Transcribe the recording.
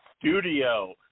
studio